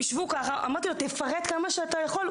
אמרתי לרופא: תפרט כמה שאתה יכול,